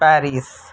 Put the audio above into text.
Paris